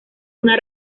una